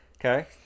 Okay